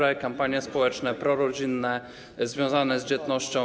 Chodzi o kampanie społeczne, prorodzinne związane z dzietnością.